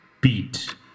beat